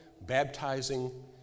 baptizing